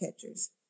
catchers